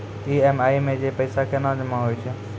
EMI मे जे पैसा केना जमा होय छै?